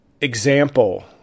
example